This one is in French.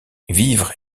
vivres